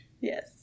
Yes